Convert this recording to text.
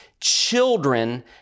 Children